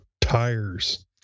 tires